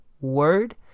word